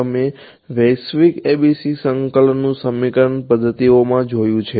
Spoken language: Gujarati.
તમે વૈશ્વિક ABCsને સંકલન સમીકરણ પદ્ધતિઓમાં જોયા છે